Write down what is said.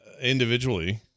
individually